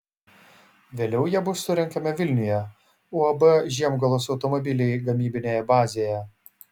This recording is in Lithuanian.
vėliau jie bus surenkami vilniuje uab žiemgalos automobiliai gamybinėje bazėje